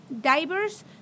divers